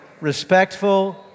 respectful